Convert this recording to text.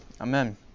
Amen